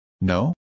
No